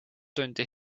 tundi